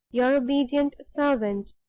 your obedient servant,